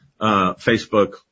Facebook